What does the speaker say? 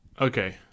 Okay